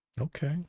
okay